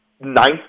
ninth